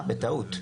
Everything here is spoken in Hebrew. אה, בטעות.